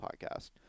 podcast